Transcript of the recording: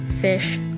fish